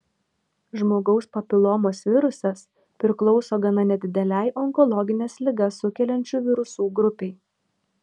žmogaus papilomos virusas priklauso gana nedidelei onkologines ligas sukeliančių virusų grupei